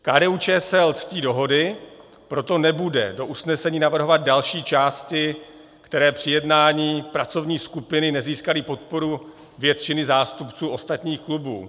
KDUČSL ctí dohody, proto nebude do usnesení navrhovat další části, které při jednání pracovní skupiny nezískaly podporu většiny zástupců ostatních klubů.